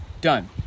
Done